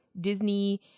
Disney